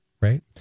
Right